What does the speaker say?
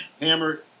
hammered